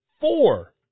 four